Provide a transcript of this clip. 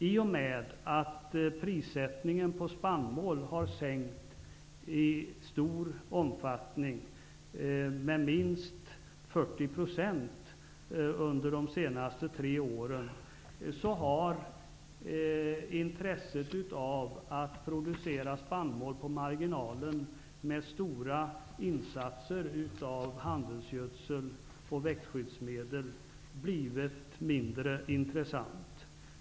I och med att priserna på spannmål har sänkts med minst 40 % under de senaste tre åren har intresset av att producera spannmål på marginalen, med stora insatser av handelsgödsel och växtskyddsmedel, blivit mindre.